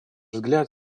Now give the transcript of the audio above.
взгляд